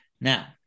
Now